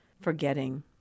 forgetting